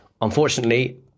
Unfortunately